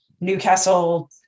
Newcastle